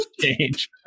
change